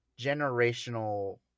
generational